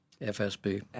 FSB